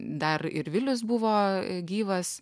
dar ir vilius buvo gyvas